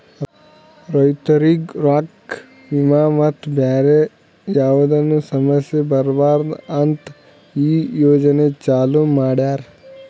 ರೈತುರಿಗ್ ರೊಕ್ಕಾ, ವಿಮಾ ಮತ್ತ ಬ್ಯಾರೆ ಯಾವದ್ನು ಸಮಸ್ಯ ಬರಬಾರದು ಅಂತ್ ಈ ಯೋಜನೆ ಚಾಲೂ ಮಾಡ್ಯಾರ್